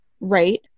right